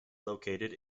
located